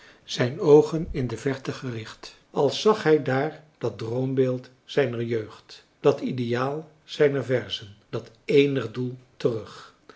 zijn oogen in de verte gericht als zag hij daar dat droombeeld zijner jeugd dat ideaal zijner verzen dat eenig doel terug